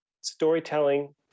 Storytelling